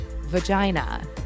vagina